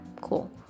cool